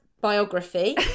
biography